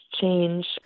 change